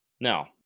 Now